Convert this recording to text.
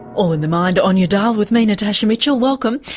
all in the mind on your dial with me, natasha mitchell, welcome.